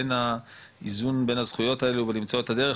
בין האיזון בין הזכויות האלה ולמצוא את הדרך,